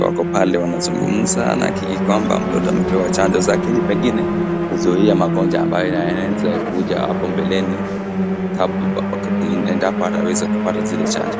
Wako pale wanazungumza anahakiki kwamba mtoto amepewa chanjo zake, pengine ili kuzuia magonjwa ambayo inaeza kuja hapo mbeleni endapo ataweza kupata zile chanjo.